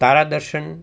તારા દર્શન